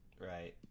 Right